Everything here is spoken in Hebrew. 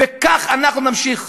וכך אנחנו נמשיך.